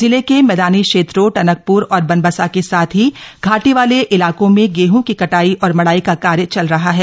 जिले के मैदानी क्षेत्रों टनकप्र और बनबसा के साथ ही घाटी वाले इलाकों में गेहं की कटाई और मड़ाई का कार्य चल रहा है